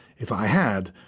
if i had,